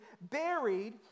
buried